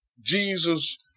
Jesus